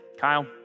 Kyle